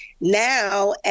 now